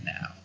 now